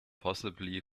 possibly